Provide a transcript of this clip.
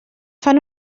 fan